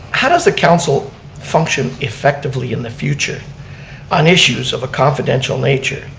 how does a council function effectively in the future on issues of a confidential nature